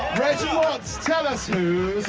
reggie watts, tell us who